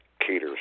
caters